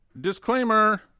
Disclaimer